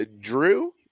Drew